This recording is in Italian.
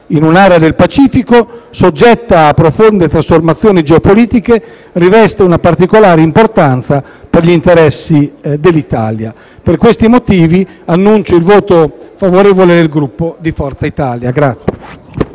in un'area del Pacifico soggetta a profonde trasformazioni geopolitiche riveste una particolare importanza per gli interessi dell'Italia. Per questi motivi, annuncio il voto favorevole del Gruppo Forza Italia.